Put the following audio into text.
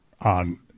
on